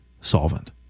solvent